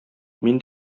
мин